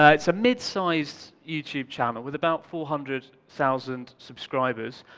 ah it's a mid-sized youtube channel with about four hundred thousand subscribers.